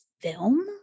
film